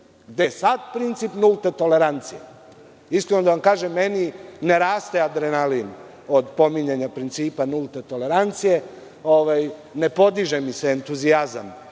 je sad princip nulte tolerancije? Iskreno da vam kažem meni ne raste adrenalin od pominjanja principa nulte tolerancije, ne podiže mi se entuzijazam